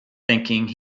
thinking